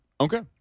Okay